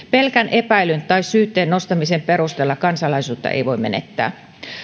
epäilyn tai syytteen nostamisen perusteella kansalaisuutta ei voi menettää